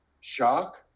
shock